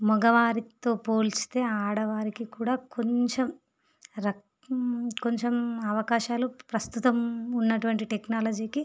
మగవారితో పోలిస్తే ఆడవారికి కూడా కొంచెం రక్ కొంచెం అవకాశాలు ప్రస్తుతం ఉన్న ఉన్నటువంటి టెక్నాలజీకి